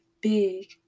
big